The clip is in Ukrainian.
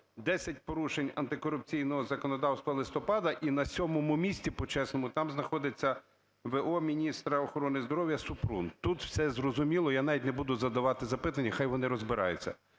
10 порушень антикорупційного законодавства листопада і на 7 місці, почесному, там знаходиться в.о. міністра охорони здоров'я Супрун, тут все зрозуміло, я навіть не буду задавати запитання, хай вони розбираються.